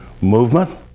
movement